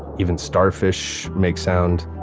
even starfish make sound.